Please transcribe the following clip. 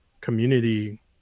community